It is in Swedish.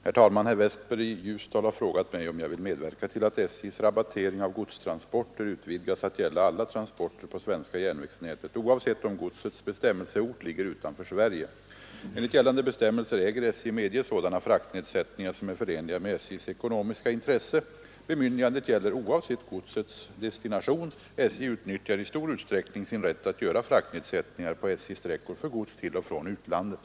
Herr talman! Herr Westberg i Ljusdal har frågat mig om jag vill medverka till att SJ:s rabattering av godstransporter utvidgas till att gälla alla transporter på svenska järnvägsnätet oavsett om godsets bestämmelseort ligger utanför Sverige. Enligt gällande bestämmelser äger SJ medge sådana fraktnedsättningar som är förenliga med SJ:s ekonomiska intresse. Bemyndigandet gäller oavsett godsets destination. SJ utnyttjar i stor utsträckning sin rätt att göra fraktnedsättningar på SJ-sträckor för gods till och från utlandet.